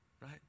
Right